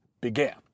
began